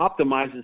optimizes